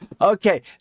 okay